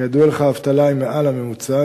כידוע לך האבטלה היא מעל הממוצע,